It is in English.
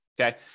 Okay